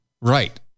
Right